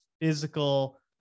physical